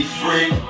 free